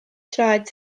traed